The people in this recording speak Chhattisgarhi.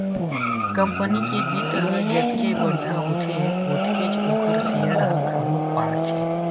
कंपनी के बित्त ह जतके बड़िहा होथे ओतके ओखर सेयर ह घलोक बाड़थे